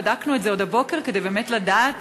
בדקנו את זה שוב הבוקר כדי באמת לדעת